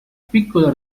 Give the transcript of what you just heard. piccola